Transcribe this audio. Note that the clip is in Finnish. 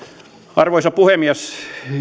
arvoisa puhemies